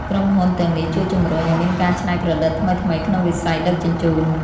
ក្រុមហ៊ុនទាំងនេះជួយជំរុញឱ្យមានការច្នៃប្រឌិតថ្មីៗក្នុងវិស័យដឹកជញ្ជូន។